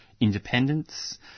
independence